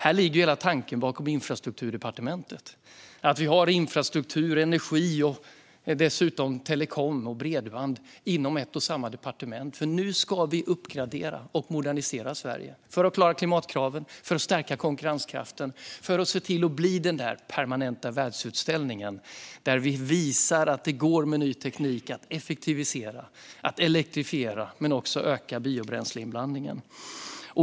Häri ligger hela tanken bakom Infrastrukturdepartementet: att ha infrastruktur, energi, telekom och bredband inom ett och samma departement för att uppgradera och modernisera Sverige så att vi klarar klimatkraven, stärker konkurrenskraften och blir en permanent världsutställning som visar att det med ny teknik går att effektivisera, elektrifiera och öka biobränsleinblandningen.